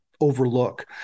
overlook